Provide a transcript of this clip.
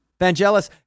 Vangelis